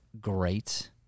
great